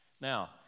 Now